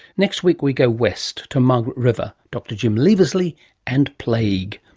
next week we go west to margaret river, dr jim leavesley and plague.